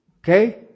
Okay